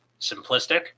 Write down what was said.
simplistic